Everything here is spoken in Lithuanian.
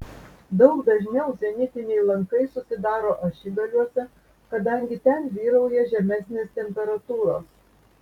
daug dažniau zenitiniai lankai susidaro ašigaliuose kadangi ten vyrauja žemesnės temperatūros